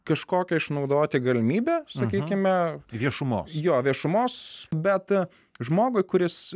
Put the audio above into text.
kažkokią išnaudoti galimybę sakykime viešumos jo viešumos bet žmogui kuris